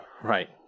Right